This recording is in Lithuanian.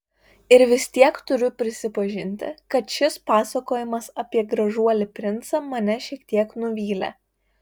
ir vis tiek turiu prisipažinti kad šis pasakojimas apie gražuolį princą mane šiek tiek nuvylė